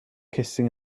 kissing